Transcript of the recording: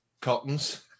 Cotton's